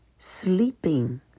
Sleeping